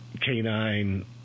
canine